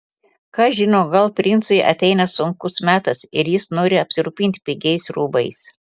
kas žino gal princui ateina sunkus metas ir jis nori apsirūpinti pigiais rūbais